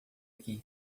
aqui